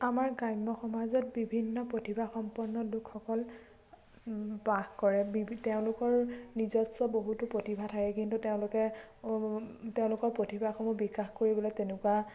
আমাৰ গ্ৰাম্য সমাজত বিভিন্ন প্ৰতিভাসম্পন্ন লোকসকল বাস কৰে বিভিন্ন তেওঁলোকৰ নিজস্ব বহুতো প্ৰতিভা থাকে কিন্তু তেওঁলোকে তেওঁলোকৰ প্ৰতিভাসমূহ বিকাশ কৰিবলৈ তেনেকুৱা